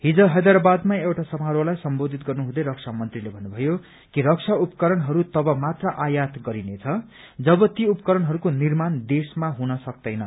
हिज हैदरावादमा एउटा समारोहलाई सम्बोधित गर्नुहुँदै रक्षामन्त्रीले भन्नुभयो रक्षा उपकरणहरू तबमात्र आयात गरिनेछ जब ती उपकरणहरूको निर्माण देशमा हुन सक्तैन